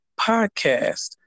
podcast